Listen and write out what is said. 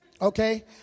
okay